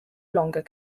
longer